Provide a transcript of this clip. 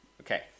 Okay